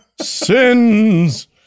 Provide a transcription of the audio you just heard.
sins